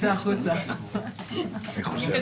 רוויזיה